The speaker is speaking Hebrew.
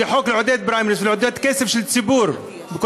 זה חוק שמעודד פריימריז ומעודד כסף של ציבור בכל